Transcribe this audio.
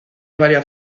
varias